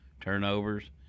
turnovers